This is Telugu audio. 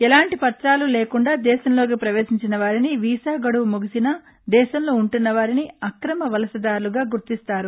ఎలాంటి పతాలు లేకుండా దేశంలోకి పవేశించిన వారిని వీసా గడువు ముగిసినా దేశంలో ఉంటున్నవారిని అక్రమ వలసదారులుగా గుర్తిస్తారు